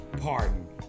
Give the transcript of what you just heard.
pardon